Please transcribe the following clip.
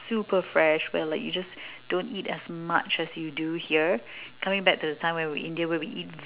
super fresh where like you just don't eat as much as you do here coming back to the time when we were in India where we eat